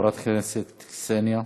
חברת הכנסת קסניה.